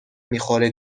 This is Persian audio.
میخوره